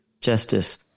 Justice